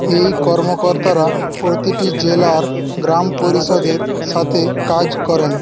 এই কর্মকর্তারা প্রতিটি জেলার গ্রাম পরিষদের সাথে কাজ করেন